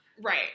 Right